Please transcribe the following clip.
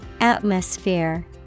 Atmosphere